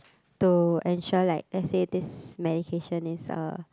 to ensure like lets say this medication is a